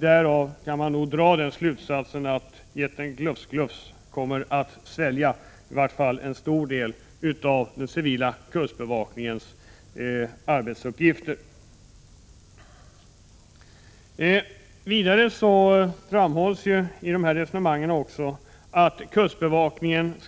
Därav kan man då dra den slutsatsen att jätten Gluff gluff kommer att svälja i varje fall en stor del av den civila kustbevakningspersonalens arbetsuppgifter. Vidare framhålls i detta resonemang också att kustbevakningens